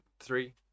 Three